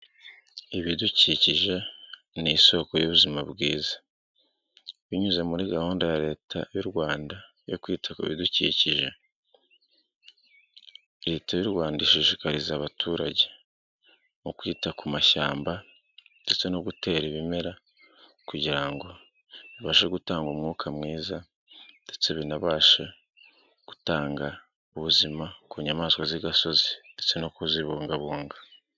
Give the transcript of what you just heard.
Ibidukikije ni isoko y'ubuzima bwiza, binyuze muri gahunda Leta y'u Rwanda, Leta y'u Rwanda ishishiriza abaturage mu kwita kumashyamba ndetse no gutera ibimera kugira ngo bibashe gutanga umwuka mwiza ndetse binabashe gutanga ubuzima ku nyamaswa z'i gasozi ndetse no kuzibungabunga.